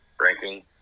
ranking